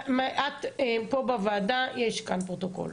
את פה בוועדה ויש כאן פרוטוקול,